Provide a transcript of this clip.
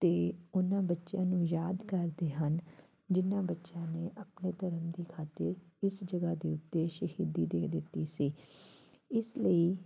ਅਤੇ ਉਹਨਾਂ ਬੱਚਿਆਂ ਨੂੰ ਯਾਦ ਕਰਦੇ ਹਨ ਜਿਨ੍ਹਾਂ ਬੱਚਿਆਂ ਨੇ ਆਪਣੇ ਧਰਮ ਦੀ ਖਾਤਰ ਇਸ ਜਗ੍ਹਾ ਦੇ ਉੱਤੇ ਸ਼ਹੀਦੀ ਦੇ ਦਿੱਤੀ ਸੀ ਇਸ ਲਈ